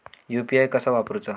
UPI कसा वापरूचा?